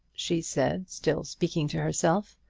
she said, still speaking to herself.